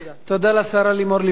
תודה לשרה לימור לבנת.